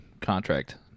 contract